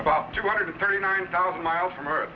about two hundred thirty nine thousand miles from e